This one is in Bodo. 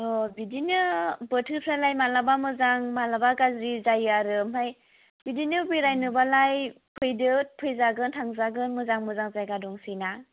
ओ बिदिनो बोथोरफ्रालाय मालाबा मालाबा गाज्रि जायो आरो ओमफ्राय बिदिनो बेरायबालाय फैदो फैजागोन थांजागोन मोजां मोजां जायगा दंसैना